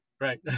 Right